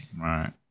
right